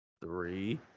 three